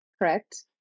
correct